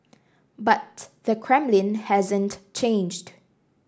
but the Kremlin hasn't changed